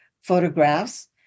photographs